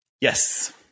Yes